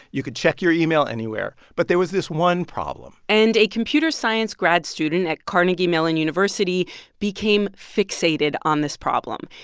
you could check your email anywhere. but there was this one problem and a computer science grad student at carnegie mellon university became fixated on this problem.